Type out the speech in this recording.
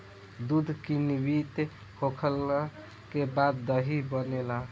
दूध किण्वित होखला के बाद दही बनेला